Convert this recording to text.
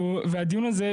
והדיון הזה,